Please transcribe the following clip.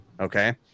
okay